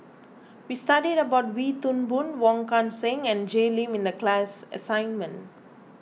we studied about Wee Toon Boon Wong Kan Seng and Jay Lim in the class assignment